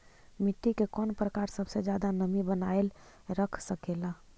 मिट्टी के कौन प्रकार सबसे जादा नमी बनाएल रख सकेला?